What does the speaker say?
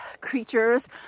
creatures